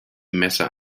messer